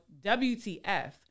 WTF